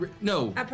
no